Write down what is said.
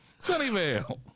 Sunnyvale